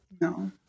No